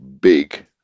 big